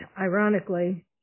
ironically